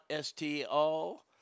STO